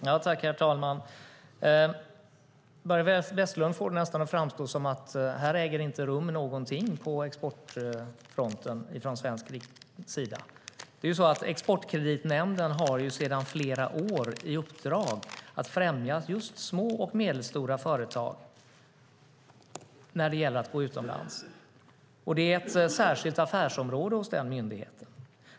Herr talman! Börje Vestlund får det nästan att framstå som att det inte äger rum någonting på exportfronten från svensk sida. Exportkreditnämnden har sedan flera år i uppdrag att just främja små och medelstora företag när det gäller att gå utomlands. Det är ett särskilt affärsområde hos den myndigheten.